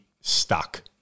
stuck